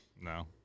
No